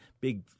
big